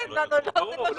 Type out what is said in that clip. זה לא שווה.